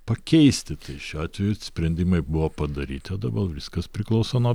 pakeisti tai šiuo atveju sprendimai buvo padaryti o dabal viskas priklauso nuo